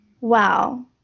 Wow